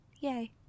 yay